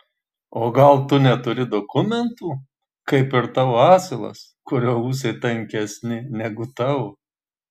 o gal tu neturi dokumentų kaip ir tavo asilas kurio ūsai tankesni negu tavo